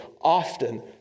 often